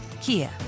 Kia